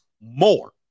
more